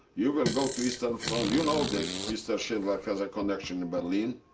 you will go to eastern front. and you know that mr. schindler has a connection in berlin.